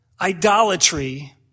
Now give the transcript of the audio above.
idolatry